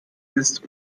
ist